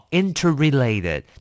interrelated